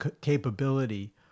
capability